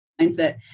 mindset